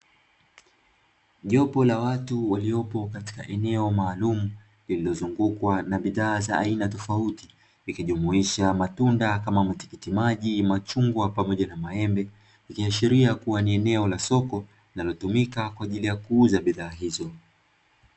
Jopo la watu waliopo katika eneo maalumu, lililozungukwa na bidhaa za aina tofauti, likijumuisha matunda, kama; matikiti maji, machungwa pamoja na maembe, ikiashiria kuwa ni eneo la soko linalotumika kwa ajili ya kuuza bidhaa hizo.